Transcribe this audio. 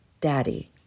Daddy